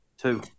Two